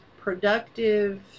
productive